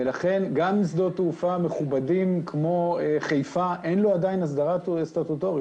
לכן גם שדות תעופה מכובדים כמו חיפה אין לו עדיין הסדרה סטטוטורית,